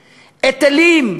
היטלים,